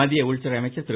மத்திய உள்துறை அமைச்சர் திரு